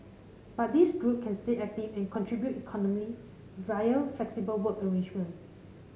but this group can stay active and contribute economically via flexible work arrangements